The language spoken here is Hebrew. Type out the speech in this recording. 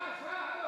מי זה,